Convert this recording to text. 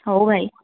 ହଉ ଭାଇ